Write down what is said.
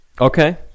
Okay